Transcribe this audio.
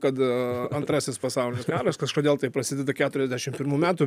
kad antrasis pasaulinis karas kažkodėl tai prasideda keturiasdešim pirmų metų